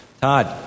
Todd